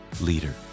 leader